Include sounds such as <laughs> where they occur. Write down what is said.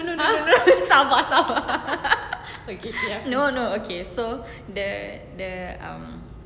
no no no no no no sabar sabar <laughs> no no okay so the the um